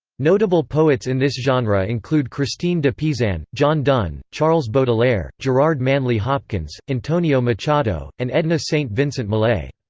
notable poets in this genre include christine de pizan, john donne, charles baudelaire, gerard manley hopkins, antonio machado, and edna st. vincent millay.